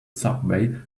subway